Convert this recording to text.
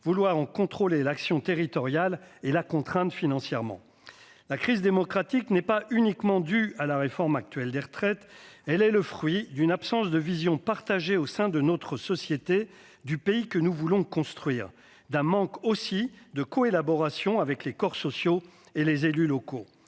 vouloir contrôler l'action territoriale et la contraindre financièrement. La crise démocratique n'est pas uniquement due à l'actuelle réforme des retraites. Elle est le fruit d'une absence de vision partagée au sein de notre société du pays que nous voulons construire, ainsi que d'un manque de collaboration avec les corps sociaux et les élus locaux.